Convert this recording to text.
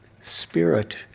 spirit